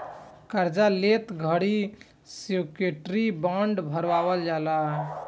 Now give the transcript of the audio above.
कार्जा लेत घड़ी श्योरिटी बॉण्ड भरवल जाला